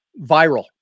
viral